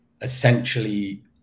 essentially